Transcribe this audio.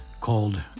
called